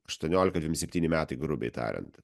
aštuoniolika dvim septyni metai grubiai tariant